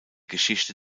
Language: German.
geschichte